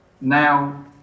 Now